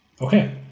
Okay